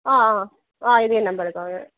ஆ ஆ ஆ இதே நம்பரு தாங்க